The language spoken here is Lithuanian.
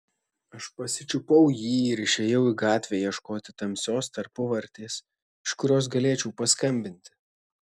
aš pasičiupau jį ir išėjau į gatvę ieškoti tamsios tarpuvartės iš kurios galėčiau paskambinti